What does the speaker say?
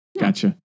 gotcha